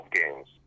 games